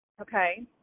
Okay